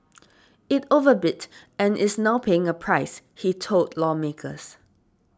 it overbid and is now paying a price he told lawmakers